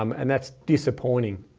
um and that's disappointing.